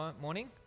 morning